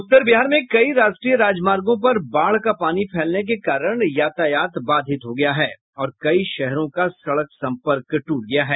उत्तर बिहार में कई राष्ट्रीय राजमार्गो पर बाढ़ पानी का फैलने के कारण यातायात बाधित हो गया है और कई शहरों का सड़क संपर्क टूट गया है